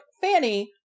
Fanny